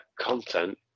content